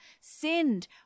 sinned